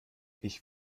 ich